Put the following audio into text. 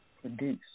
produce